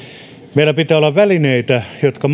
meillä pitää olla välineitä jotka